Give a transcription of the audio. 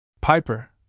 Piper